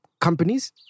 companies